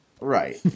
Right